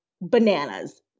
bananas